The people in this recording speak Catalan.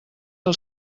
del